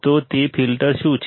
તો તે ફિલ્ટર શું છે